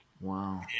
Wow